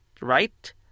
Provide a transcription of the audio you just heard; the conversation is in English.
right